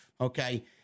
okay